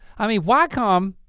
i mean why come,